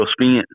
spent